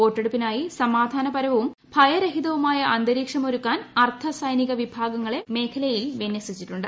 വോട്ടെടുപ്പിനായി സമാധാനപരവും ഭയരഹിതവുമായ അന്തരീക്ഷമൊരുക്കാൻ അർദ്ധ സൈനിക വിഭാഗങ്ങളെ മേഖലയിൽ വിന്യസിച്ചിട്ടുണ്ട്